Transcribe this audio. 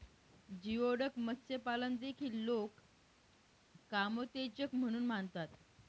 geoduck मत्स्यपालन देखील लोक कामोत्तेजक म्हणून मानतात